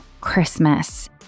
Christmas